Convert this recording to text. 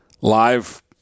live